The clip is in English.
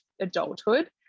adulthood